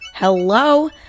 Hello